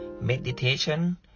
meditation